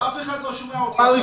אף אחד לא שומע אותך.